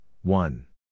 one